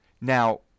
Now